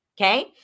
okay